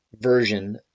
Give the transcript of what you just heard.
version